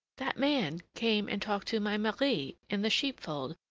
that man came and talked to my marie in the sheepfold,